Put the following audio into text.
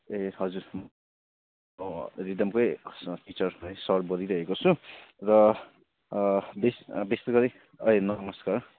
ए हजुर म रिदमकै टिचर है सर बोलिरहेको छु र विस् विशेषगरि ए नमस्कार